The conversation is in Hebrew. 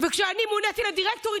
וכשאני מוניתי לדירקטורית,